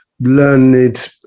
learned